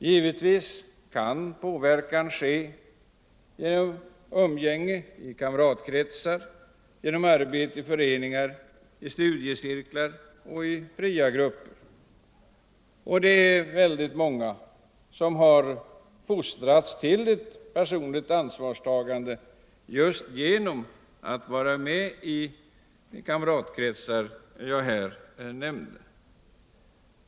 Givetvis kan påverkan ske genom umgänge i kamratkretsar och genom arbete i föreningar, studiecirklar och fria grupper. Det är väldigt många som har fostrats till ett personligt ansvarstagande just genom att vara med i sådana kamratkretsar som jag här nämnt.